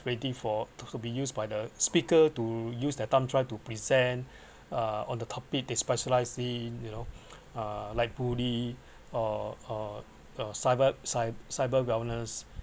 ready for it could used by the speaker to use their thumb-drive to present uh on the topic they specialise in you know uh like bully or or cyber cyber wellness